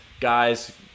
guys